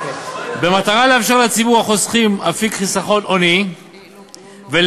במטרה לאפשר לציבור החוסכים אפיק חיסכון הוני ולעודד